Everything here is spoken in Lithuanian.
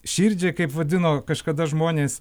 širdžiai kaip vadino kažkada žmonės